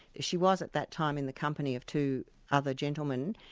she was at that time in the company of two other gentlemen,